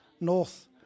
north